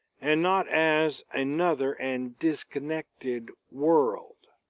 and not as another and disconnected world.